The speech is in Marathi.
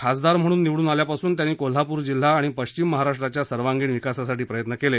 खासदार म्हणून निवडून आल्यापासून त्यांनी कोल्हापूर जिल्हा आणि पश्चिम महाराष्ट्राच्या सर्वांगीण विकासासाठी प्रयत्न केले